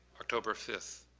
october fifth.